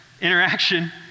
interaction